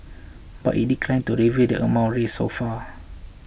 but it declined to reveal the amount raised so far